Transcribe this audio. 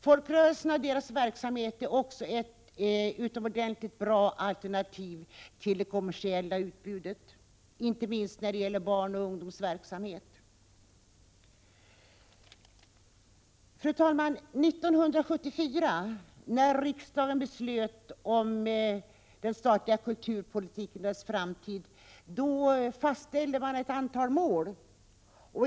Folkrörelserna och deras verksamhet är också ett utomordentligt bra alternativ till det kommersiella utbudet, inte minst när det gäller barnoch ungdomsverksamhet. Fru talman! När riksdagen 1974 fattade beslut om den statliga kulturpolitiken och dess framtid fastställdes ett antal mål.